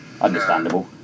Understandable